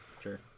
Sure